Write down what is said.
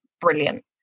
brilliant